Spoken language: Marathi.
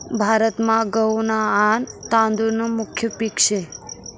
भारतमा गहू न आन तादुळ न मुख्य पिक से